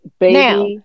Now